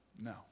No